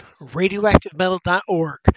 radioactivemetal.org